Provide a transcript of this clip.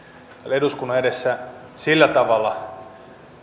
eduskunnan edessä sillä tavalla